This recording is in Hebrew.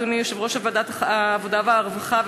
אדוני יושב-ראש ועדת העבודה והרווחה,